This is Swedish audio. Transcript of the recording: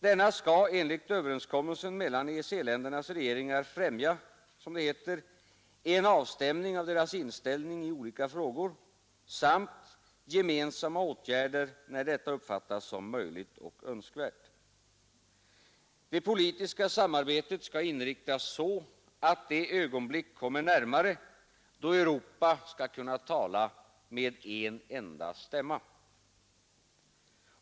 Denna skall enligt överenskommelsen mellan EEC ländernas regeringar främja, som det heter, ”en avstämning av deras inställning i olika frågor” samt ”gemensamma åtgärder, när detta uppfattas som möjligt och önskvärt”. Det politiska samarbetet skall inriktas så att ”det ögonblick kommer närmare då Europa skall kunna tala med en enda stämma”.